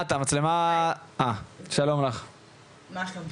מה שלומכם?